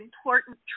important